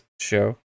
show